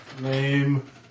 Name